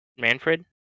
Manfred